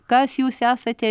kas jūs esate